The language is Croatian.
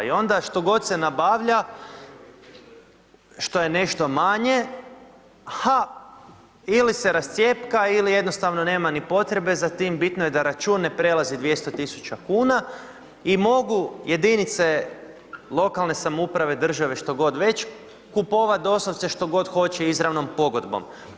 I onda što god se nabavlja, što je nešto manje, ha, ili se rascijepa ili jednostavno nema potrebe za tim, bitno je da račun ne prelazi 200 tisuća kuna i mogu jedinice lokalne samouprave države što god već, kupovati doslovce što god hoće izravnom pogodbom.